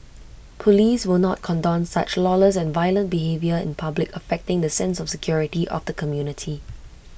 Police will not condone such lawless and violent behaviour in public affecting the sense of security of the community